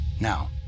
Now